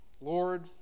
Lord